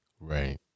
Right